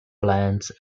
plants